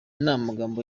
namagambo